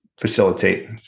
facilitate